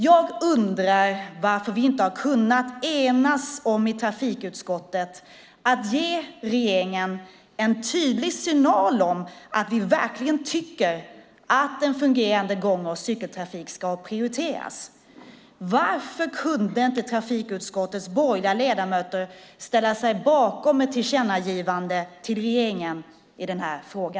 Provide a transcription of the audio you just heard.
Jag undrar varför vi inte har kunnat enas i trafikutskottet om att ge regeringen en tydlig signal om att vi verkligen tycker att en fungerande gång och cykeltrafik ska prioriteras. Varför kunde inte trafikutskottets borgerliga ledamöter ställa sig bakom ett tillkännagivande till regeringen i denna fråga?